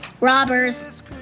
Robbers